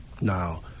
Now